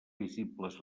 visibles